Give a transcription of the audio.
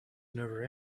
never